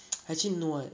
actually no eh